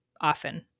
often